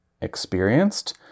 experienced